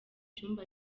cyumba